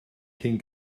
cyn